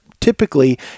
typically